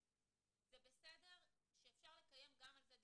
זה בסדר שאפשר לקיים גם על זה דיון,